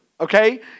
Okay